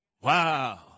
Wow